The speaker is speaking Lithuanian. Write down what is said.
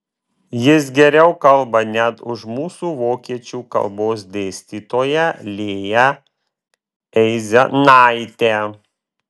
jis geriau kalba net už mūsų vokiečių kalbos dėstytoją lėją aizenaitę